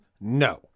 No